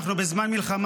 אנחנו בזמן מלחמה,